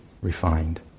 refined